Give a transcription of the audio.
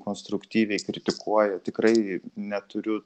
konstruktyviai kritikuoja tikrai neturiu